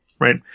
right